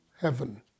heaven